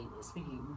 speaking